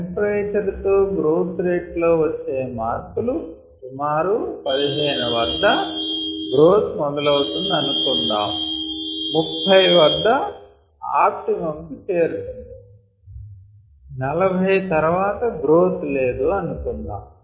temperature తో growth rate లో వచ్చే మార్పులు సుమారు 15 వద్ద గ్రోత్ మొదలవుతుంది అనుకుందాం 30 వద్ద ఆప్టిమమ్ కు చేరుకుంటుంది 40 తర్వాత గ్రోత్ లేదు అనుకుందాము